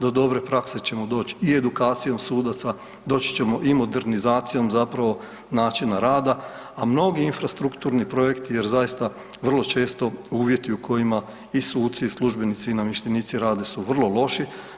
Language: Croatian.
Do dobre prakse ćemo doći i edukacijom sudaca, doći ćemo i modernizacijom zapravo načina rada, a mnogi infrastrukturni projekti jer zaista vrlo često uvjeti sa kojima i suci i službenici i namještenici rade su vrlo loši.